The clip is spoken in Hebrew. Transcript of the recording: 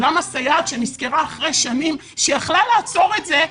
למה סייעת שנזכרה אחרי שנים שהיא יכלה לעצור את זה,